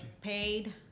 paid